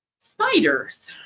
spiders